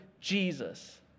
Jesus